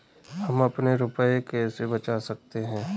हम अपने रुपये कैसे बचा सकते हैं?